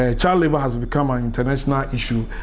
ah child labour has become ah an international issue.